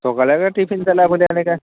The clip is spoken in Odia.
ସକାଳେ ଏବେ ଟିଫିନ୍ ଦେଲାବେଳେ ନିକାଏଁ